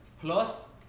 plus